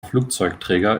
flugzeugträger